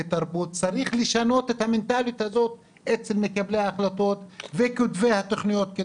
תרבות צריך לשנות את המנטליות הזאת אצל מקבלי ההחלטות וכותבי התוכניות,